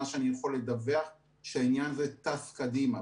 מה שאני יכול לדווח הוא שהעניין הזה טס קדימה.